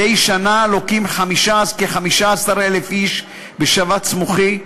מדי שנה לוקים 15,000 איש בשבץ מוחי,